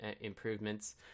Improvements